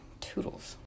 Toodles